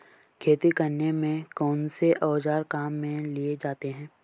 खेती करने में कौनसे औज़ार काम में लिए जाते हैं?